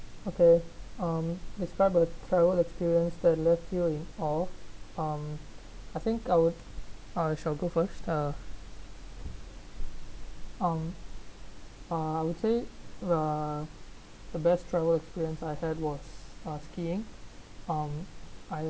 okay um describe a farewell experience that left you in awe um I think I would uh shall go first uh um uh I would say uh the best travel experience I had was uh skiing um I